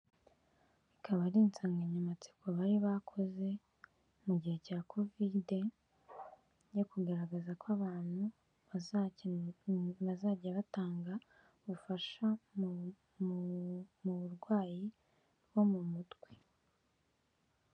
Ikaba ari insanganyamatsiko bari bakoze mu gihe cya kovide, yo kugaragaza ko abantu bazajya batanga ubufasha mu burwayi bwo mu mutwe.